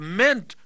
meant